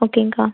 ஓகேங்க்கா